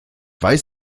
weiß